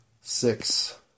six